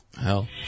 hell